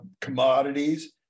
commodities